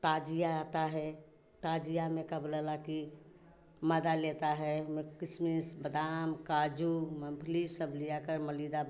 ताजिया आता है ताजिया में का बोला ला कि मदा लेता है ओमे किशमिश बादाम काजू मूँगफली सब लियाकर मलीदा